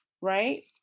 right